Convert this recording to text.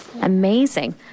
Amazing